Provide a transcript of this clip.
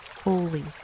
holy